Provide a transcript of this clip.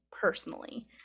personally